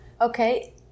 Okay